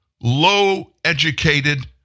low-educated